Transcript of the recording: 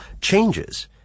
changes